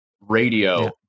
Radio